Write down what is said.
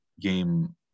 game